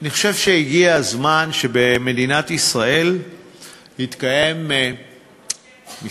אני חושב שהגיע הזמן שבמדינת ישראל יתקיימו משחק,